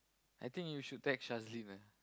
I think you should text Shazlin ah